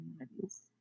communities